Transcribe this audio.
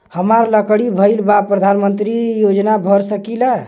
हमार लड़की भईल बा प्रधानमंत्री योजना भर सकीला?